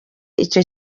icyo